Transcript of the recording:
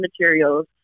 materials